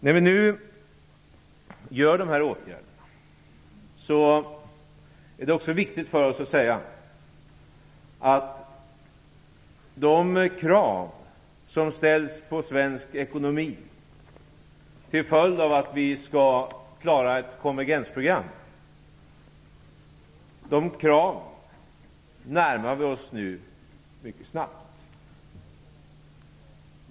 När nu dessa åtgärder vidtas är det viktigt att vi snabbt närmar oss de krav som ställs på svensk ekonomi, till följd av att vi skall klara ett konvergensprogram.